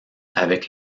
avec